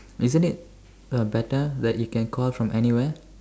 isn't it uh better that you can call from anywhere